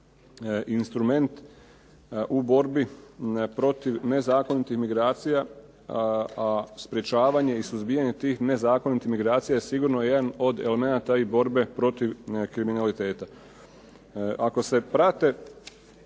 instrument u borbi protiv nezakonitih migracija, a sprečavanje i suzbijanje tih nezakonitih migracija sigurno je jedan od elemenata i borbe protiv kriminaliteta. Ako se prate